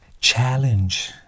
challenge